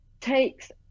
takes